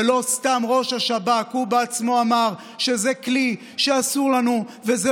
ולא סתם ראש השב"כ בעצמו אמר שזה כלי שאסור לנו וזו